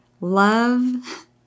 Love